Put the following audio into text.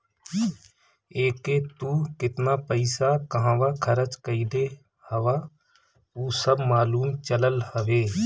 एके तू केतना पईसा कहंवा खरच कईले हवअ उ सब मालूम चलत हवे